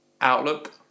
Outlook